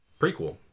prequel